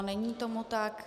Není tomu tak.